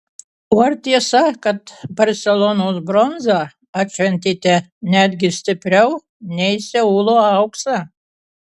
o ar tiesa kad barselonos bronzą atšventėte netgi stipriau nei seulo auksą